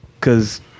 Cause